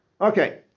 Okay